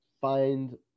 find